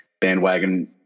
bandwagon